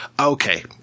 okay